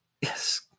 Yes